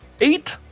Eight